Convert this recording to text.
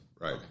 right